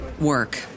work